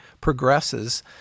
progresses